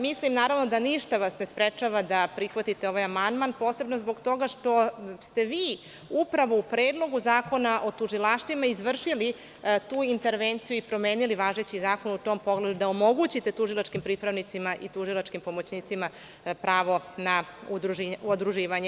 Mislim, naravno, da ništa vas ne sprečava da prihvatite ovaj amandman posebno zbog toga što ste vi upravo u Predlogu zakona o tužilaštvima izvršili tu intervenciju i promenili važeći zakon u tom pogledu da omogućite tužilačkim pripravnicima i tužilačkim pomoćnicima pravo na udruživanje.